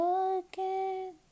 again